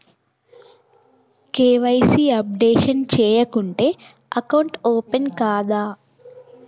KYC updation చేయకుంటే account open కాదా?